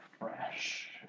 fresh